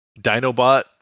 Dinobot